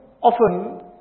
often